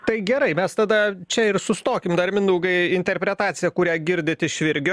tai gerai mes tada čia ir sustokim dar mindaugai interpretacija kurią girdit iš virgio